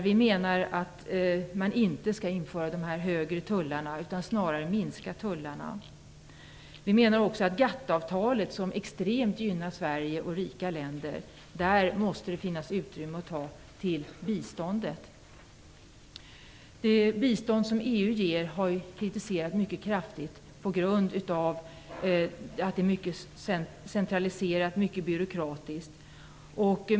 Vi menar att man inte skall införa högre tullar utan snarare minska tullarna. Vi menar också att det måste finnas utrymme att ta medel till biståndet från GATT-avtalet, som extremt gynnar Sverige och andra rika länder. Det bistånd som EU ger har ju kritiserats mycket kraftigt på grund av att det är mycket centraliserat och byråkratiskt.